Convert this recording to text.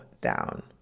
down